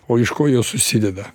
o iš ko jos susideda